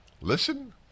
listen